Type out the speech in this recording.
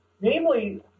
Namely